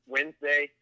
Wednesday